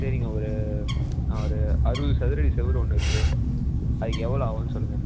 சரிங்க ஒரு ஆ ஒரு அறுபது சதுரடி சுவுரு ஒன்று இருக்குது அதுக்கு எவ்வளோ ஆகும்னு சொல்லுங்கள்